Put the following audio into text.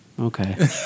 Okay